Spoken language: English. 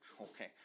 okay